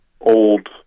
old